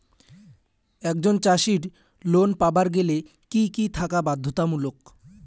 একজন চাষীর লোন পাবার গেলে কি কি থাকা বাধ্যতামূলক?